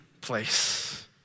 place